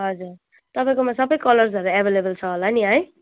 हजुर तपाईँकोमा सबै कलर्सहरू एभाइलेबल छ होला नि है